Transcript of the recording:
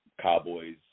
Cowboys